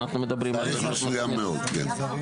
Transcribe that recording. תהליך מסוים מאוד, כן.